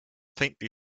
faintly